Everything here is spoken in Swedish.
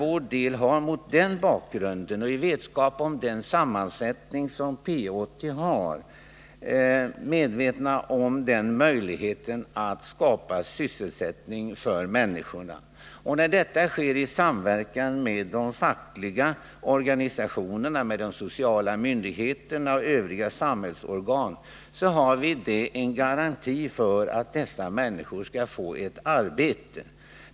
Vi är för vår del — med vetskap om P 80:s sammansättning — medvetna om möjligheten att skapa sysselsättning för människorna. När detta sker i samverkan med de fackliga organisationerna, med de sociala myndigheterna och övriga samhällsorgan har vi en garanti för att dessa människor skall få ett arbete.